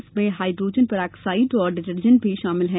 इसमें hydrogen peroxide और detergent भी शामिल है